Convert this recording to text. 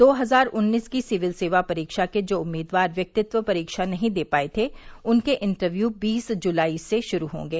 दो हजार उन्नीस की सिविल सेवा परीक्षा के जो उम्मीदवार व्यक्तित्व परीक्षा नहीं दे पाए थे उनके इंटरव्यू बीस जुलाई से शुरू होंगे